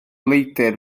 leidr